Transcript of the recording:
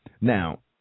Now